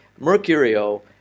Mercurio